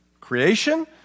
creation